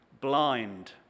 blind